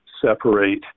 separate